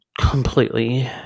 completely